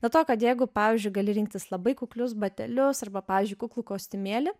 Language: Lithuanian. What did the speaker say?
nuo to kad jeigu pavyzdžiui gali rinktis labai kuklius batelius arba pavyzdžiui kuklų kostiumėlį